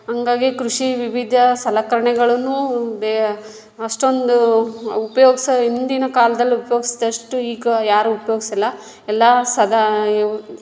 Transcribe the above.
ಹಾಗಾಗಿ ಕೃಷಿ ವಿವಿಧ ಸಲಕರಣೆಗಳನ್ನು ಬೇ ಅಷ್ಟೊಂದು ಉಪ್ಯೋಗಿಸೋ ಹಿಂದಿನ ಕಾಲದಲ್ಲು ಉಪ್ಯೋಗ್ಸಿದಷ್ಟು ಈಗ ಯಾರು ಉಪಯೋಗ್ಸಲ್ಲ ಎಲ್ಲ ಸಗಾ